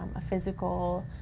a physical,